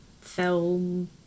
film